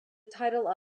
title